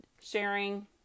sharing